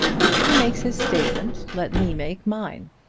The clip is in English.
if he makes his statement, let me make mine.